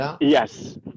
Yes